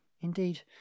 indeed